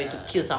ya